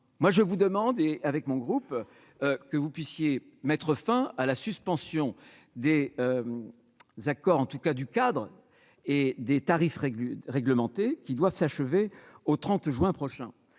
moi je vous demande et avec mon groupe que vous puissiez mettre fin à la suspension des accords en tout cas du cadre et des tarifs réglementés qui doivent s'achever au 30 juin prochain